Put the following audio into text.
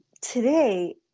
today